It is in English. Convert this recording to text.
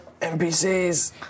NPCs